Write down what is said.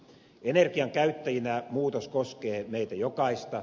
energiankäyttäjinä muutos koskee meitä jokaista